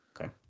Okay